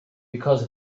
because